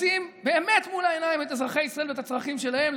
לשים באמת מול העיניים את אזרחי ישראל ואת הצרכים שלהם,